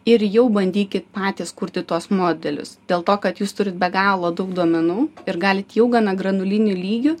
ir jau bandykit patys kurti tuos modelius dėl to kad jūs turit be galo daug duomenų ir galit jau gana granuliniu lygiu